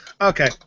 Okay